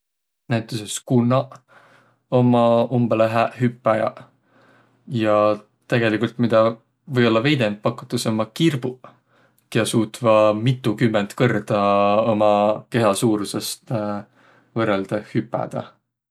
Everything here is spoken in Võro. Näütüses kunnaq ommaq umbõlõ hääq hüppäjäq. Ja midä või-ollaq veidemb pakutas, ommaq kirbuq, kiä suutvaq mitukümmend kõrda võrrõldõh uma kihä suurusõst hüpädäq.